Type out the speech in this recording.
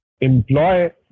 employ